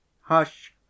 Hush